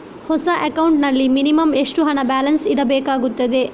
ಹೊಸ ಅಕೌಂಟ್ ನಲ್ಲಿ ಮಿನಿಮಂ ಎಷ್ಟು ಹಣ ಬ್ಯಾಲೆನ್ಸ್ ಇಡಬೇಕಾಗುತ್ತದೆ?